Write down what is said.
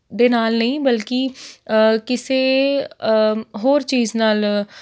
ਦੇ ਨਾਲ ਨਹੀਂ ਬਲਕਿ ਕਿਸੇ ਹੋਰ ਚੀਜ਼ ਨਾਲ